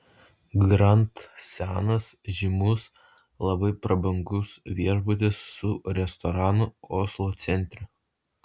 grand senas žymus labai prabangus viešbutis su restoranu oslo centre